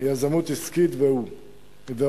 יזמות עסקית ועוד.